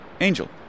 Angel